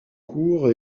court